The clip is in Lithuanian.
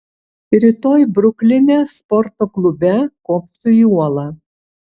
rytoj brukline sporto klube kopsiu į uolą